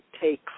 take